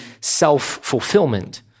self-fulfillment